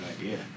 idea